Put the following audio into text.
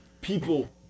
people